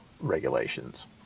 regulations